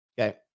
Okay